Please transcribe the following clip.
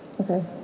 Okay